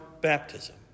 baptism